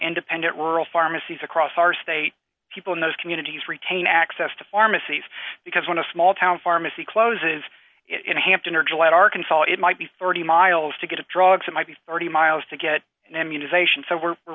independent rural pharmacies across our state people in those communities retain access to pharmacies because when a small town pharmacy closes it in hampton or gillette arkansas it might be forty miles to get a drug that might be thirty miles to get an immunization so we're